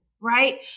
Right